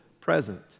present